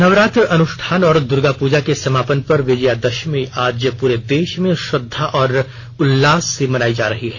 नवरात्र अनुष्ठान और दुर्गापूजा के समापन पर विजयदशमी आज पूरे देश में श्रद्धा और उल्लास से मनायी जा रही है